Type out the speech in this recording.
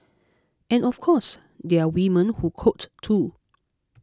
and of course there are women who code too